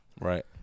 Right